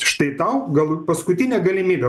štai tau galu paskutinė galimybė